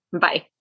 Bye